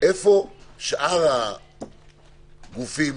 איפה שאר הגופים